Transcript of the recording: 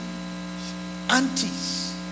aunties